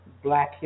Black